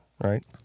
Right